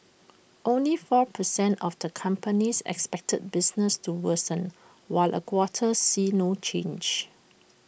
only four percent of the companies expected business to worsen while A quarter see no change